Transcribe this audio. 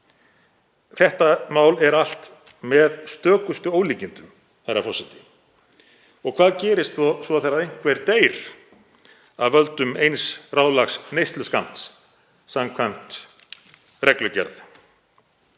Þetta mál er allt með stökustu ólíkindum, herra forseti. Og hvað gerist svo þegar einhver deyr af völdum eins ráðlagðs neysluskammts samkvæmt reglugerð?